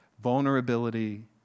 Vulnerability